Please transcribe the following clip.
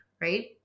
right